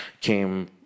came